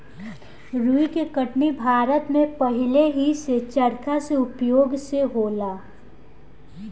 रुई के कटनी भारत में पहिलेही से चरखा के उपयोग से होला